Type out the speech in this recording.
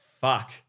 Fuck